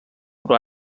però